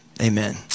Amen